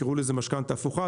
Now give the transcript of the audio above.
תקראו לזה משכנתה הפוכה,